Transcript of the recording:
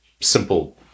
simple